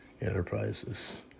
enterprises